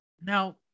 now